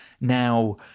Now